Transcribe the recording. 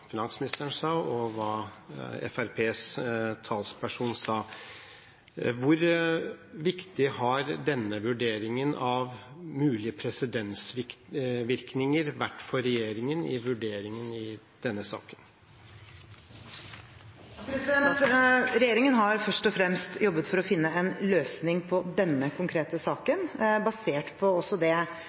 finansministeren sa og hva Fremskrittspartiets talsperson sa. Hvor viktig har denne vurderingen av mulige presedensvirkninger vært for regjeringen i vurderingen i denne saken? Regjeringen har først og fremst jobbet for å finne en løsning på denne konkrete saken, basert på også det